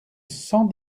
sans